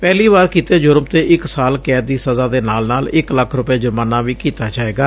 ਪਹਿਲੀ ਵਾਰ ਕੀਤੇ ਜੁਰਮ ਤੇ ਇਕ ਸਾਲ ਕੈਦ ਦੀ ਸਜ਼ਾ ਦੇ ਨਾਲ ਨਾਲ ਇਕ ਲੱਖ ਰੁਪੈ ਜੁਰਮਾਨਾ ਵੀ ਕੀਤਾ ਜਾਏਗਾ